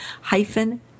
hyphen